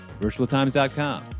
VirtualTimes.com